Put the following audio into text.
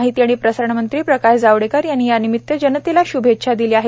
माहिती आणि प्रसारणमंत्री प्रकाश जावडेकर यांनी त्यानिमित्त जनतेला श्भेच्छा दिल्या आहेत